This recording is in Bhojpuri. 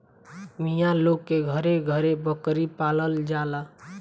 मिया लोग के घरे घरे बकरी पालल जाला